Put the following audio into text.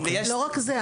לא רק זה,